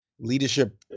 leadership